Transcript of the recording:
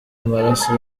amaraso